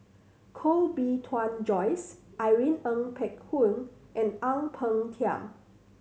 Koh Bee Tuan Joyce Irene Ng Phek Hoong and Ang Peng Tiam